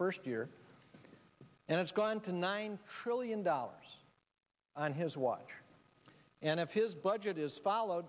first year and it's gone to nine trillion dollars on his watch and if his budget is followed